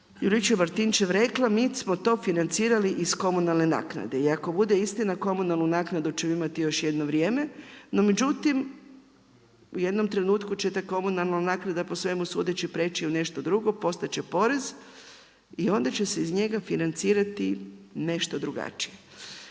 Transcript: Juričev Martinčev rekla, mi smo to financirali iz komunalne naknade. I ako bude istina, komunalnu naknadu ću imati još jedno vrijeme, no međutim, u jednom trenutku će ta komunalna naknada po svemu sudeći preći u nešto drugo, postati će porez i onda će se iz njega financirati nešto drugačije.